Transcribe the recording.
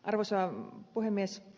arvoisa puhemies